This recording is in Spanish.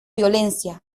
violencia